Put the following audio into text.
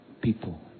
people